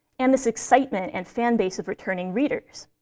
and this excitement and fan base of returning readers.